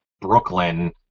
Brooklyn